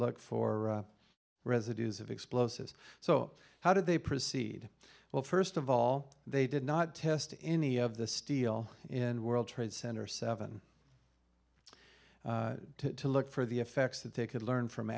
look for residues of explosives so how did they proceed well first of all they did not test any of the steel in world trade center seven to look for the effects that they could learn from